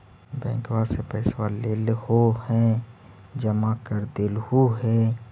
बैंकवा से पैसवा लेलहो है जमा कर देलहो हे?